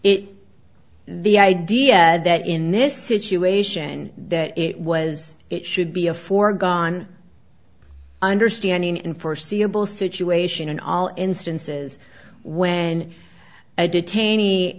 it's the idea that in this situation that it was it should be a foregone understanding in foreseeable situation in all instances when i did taney